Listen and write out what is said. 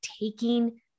taking